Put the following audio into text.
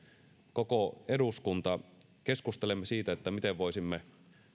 koko eduskunta keskustelemme siitä miten voisimme